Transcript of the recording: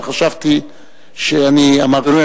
אבל חשבתי שאני אמרתי,